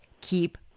Keep